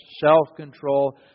self-control